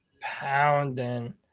Pounding